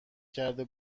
کرده